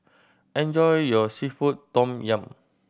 enjoy your seafood tom yum